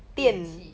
电器